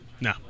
No